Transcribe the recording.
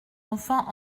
enfants